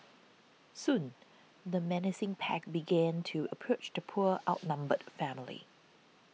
soon the menacing pack began to approach the poor outnumbered family